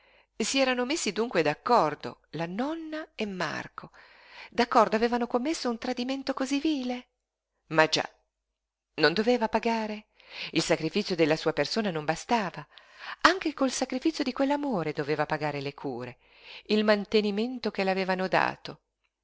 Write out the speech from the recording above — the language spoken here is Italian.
si erano messi dunque d'accordo la nonna e marco d'accordo avevano commesso un tradimento cosí vile ma già non doveva pagare il sacrifizio della sua persona non bastava anche col sacrifizio di quell'amore doveva pagare le cure il mantenimento che le avevano dato